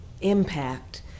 impact